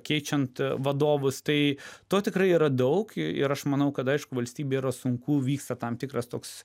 keičiant vadovus tai to tikrai yra daug ir aš manau kad aišku valstybei yra sunku vyksta tam tikras toks